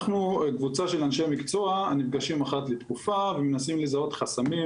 אנחנו קבוצה של אנשי מקצוע הנפגשים אחת לתקופה ומנסים לזהות חסמים,